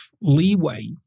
leeway